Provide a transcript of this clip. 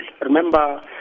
Remember